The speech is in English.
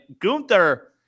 Gunther